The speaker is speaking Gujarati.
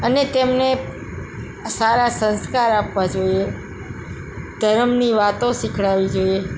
અને તેમને સારા સંસ્કાર આપવા જોઇએ ધર્મની વાતો શીખવાડવી જોઇએ